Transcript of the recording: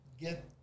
get